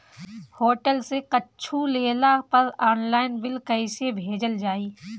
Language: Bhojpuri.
होटल से कुच्छो लेला पर आनलाइन बिल कैसे भेजल जाइ?